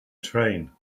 train